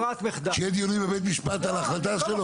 שיהיו דיונים בבית משפט על ההחלטה שלו?